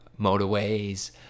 motorways